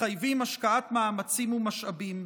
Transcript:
מחייבים השקעת מאמצים ומשאבים.